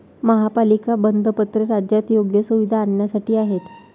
महापालिका बंधपत्रे राज्यात योग्य सुविधा आणण्यासाठी आहेत